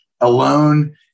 alone